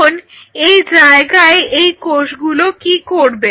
এখন এই জায়গায় এই কোষগুলো কি করবে